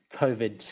COVID